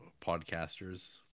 podcasters